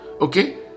Okay